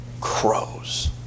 crows